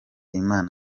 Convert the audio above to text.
imana